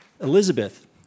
Elizabeth